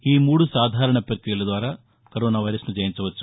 ఈ మూడు సాధారణ ప్రక్రియల ద్వారా కరోనా వైరస్ను జయించవచ్చు